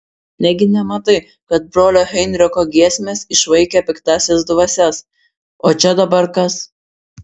negi nematai kad brolio heinricho giesmės išvaikė piktąsias dvasias o čia dabar kas